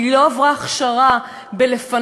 כי היא לא עברה הכשרה בפינוי,